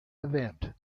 event